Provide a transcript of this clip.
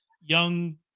young